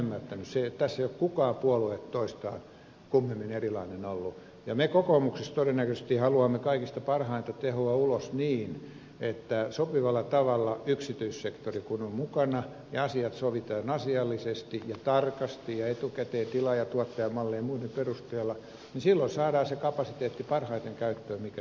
tässä ei ole mikään puolue toistaan kummemmin erilainen ollut ja me kokoomuksessa todennäköisesti haluamme kaikista parhainta tehoa ulos niin että sopivalla tavalla yksityissektori kun on mukana ja asiat sovitaan asiallisesti ja tarkasti ja etukäteen tilaajatuottaja mallien ja muiden perusteella niin silloin saadaan parhaiten käyttöön se kapasiteetti mikä tässä maassa on